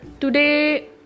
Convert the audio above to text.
today